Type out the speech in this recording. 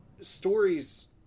Stories